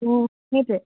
অঁ সেইটোৱে